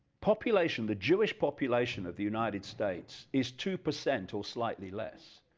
population, the jewish population of the united states is two percent or slightly less,